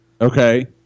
Okay